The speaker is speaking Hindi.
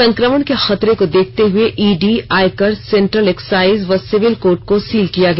संक्रमण के खतरे को देखते हुए ईडी आयकर सेंट्रल एक्साइज व सिविल कोर्ट को सील किया गया